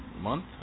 Month